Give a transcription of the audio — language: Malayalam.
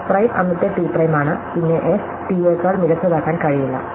എസ് പ്രൈം അന്നത്തെ ടി പ്രൈമാണ് പിന്നെ എസ് ടി യേക്കാൾ മികച്ചതാക്കാൻ കഴിയില്ല